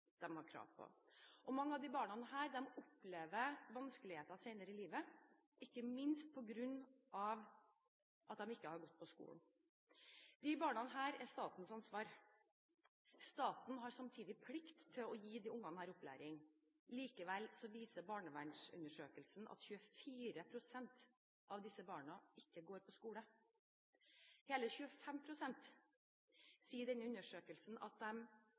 har krav på. Mange av disse barna opplever vanskeligheter senere i livet, ikke minst på grunn av at de ikke har gått på skolen. Disse barna er statens ansvar. Staten har samtidig plikt til å gi disse ungene opplæring. Likevel viser barnevernsundersøkelsen at 24 pst. av disse barna ikke går på skole. Hele 25 pst. sier i denne undersøkelsen at